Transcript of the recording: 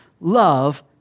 Love